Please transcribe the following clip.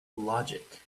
logic